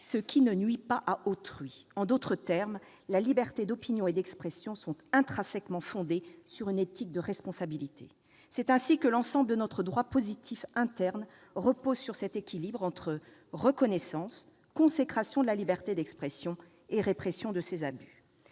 ce qui ne nuit pas à autrui ». En d'autres termes, la liberté d'opinion et la liberté d'expression sont intrinsèquement fondées sur une éthique de responsabilité. L'ensemble de notre droit positif interne repose sur cet équilibre entre reconnaissance, consécration de la liberté d'expression et répression de ses abus.